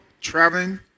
traveling